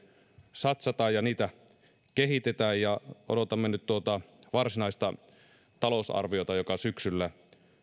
satsataan ja niitä kehitetään ja odotamme nyt tuota varsinaista talousarviota joka syksyllä